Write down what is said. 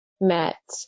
met